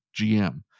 gm